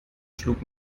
schlug